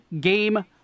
game